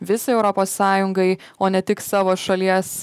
visai europos sąjungai o ne tik savo šalies